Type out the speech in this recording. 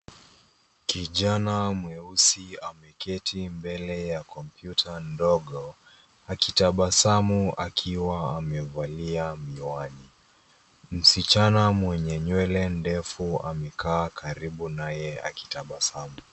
Kijana mweusi ameketi mbele ya kompyuta ndogo, akitabasamu akiwa amevalia miwani. Msichana mwenye nywele ndefu amekaa karibu naye akitabasamu.